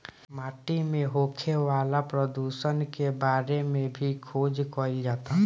माटी में होखे वाला प्रदुषण के बारे में भी खोज कईल जाता